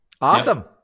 Awesome